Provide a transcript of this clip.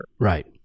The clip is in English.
Right